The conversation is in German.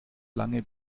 lange